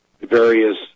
various